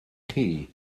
chi